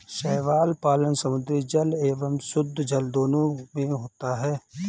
शैवाल पालन समुद्री जल एवं शुद्धजल दोनों में होता है